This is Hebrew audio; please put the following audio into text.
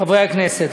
חברי הכנסת,